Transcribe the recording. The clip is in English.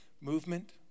movement